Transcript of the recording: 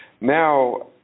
now